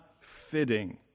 fitting